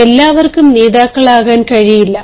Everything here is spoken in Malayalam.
നമുക്കെല്ലാവർക്കും നേതാക്കളാകാൻ കഴിയില്ല